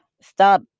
stop